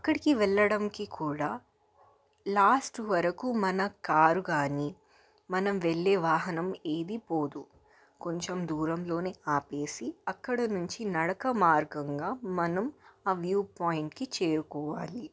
అక్కడికి వెళ్లడంకి కూడా లాస్ట్ వరకు మన కారు కాని మనం వెళ్లే వాహనం ఏది పోదు కొంచెం దూరంలోనే ఆపేసి అక్కడ నుంచి నడక మార్గంగా మనం అ వ్యు పాయింట్కి చేరుకోవాలి